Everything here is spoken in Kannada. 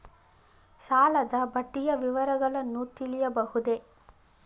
ಸಾಲದ ಬಡ್ಡಿಯ ವಿವರಗಳನ್ನು ತಿಳಿಯಬಹುದೇ?